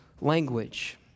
language